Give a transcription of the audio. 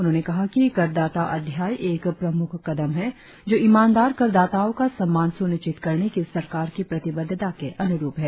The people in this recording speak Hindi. उन्होंने कहा कि करदाता अध्याय एक प्रमुख कदम है जो ईमानदार करदाताओ का सम्मान सुनिश्र्चित करने की सरकार की प्रतिबद्धता के अनुरुप है